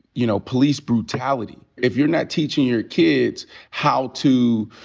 you know, police brutality, if you're not teaching your kids how to,